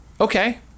Okay